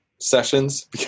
sessions